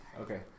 Okay